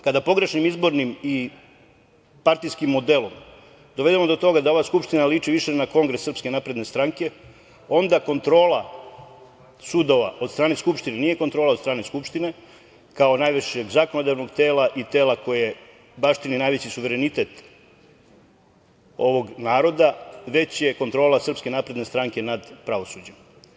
Kada pogrešnim izbornim i partijskom modelom dovedemo do toga da ova Skupština liči više na kongres SNS, onda kontrola sudova od strane Skupštine nije kontrola od strane Skupštine, kao najvišeg zakonodavnog tela i tela koje baštini najveći suverenitet ovog naroda, već je kontrola SNS nad pravosuđem.